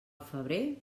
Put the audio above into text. febrer